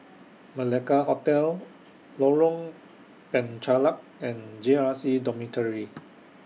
Malacca Hotel Lorong Penchalak and J R C Dormitory